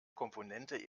komponente